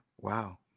Wow